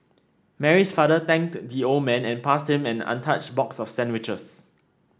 Mary's father thanked the old man and passed him an untouched box of sandwiches